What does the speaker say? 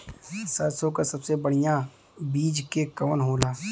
सरसों क सबसे बढ़िया बिज के कवन होला?